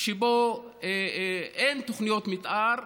שבו אין תוכניות מתאר,